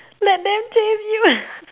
let them chase you